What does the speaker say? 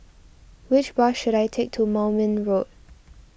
which bus should I take to Moulmein Road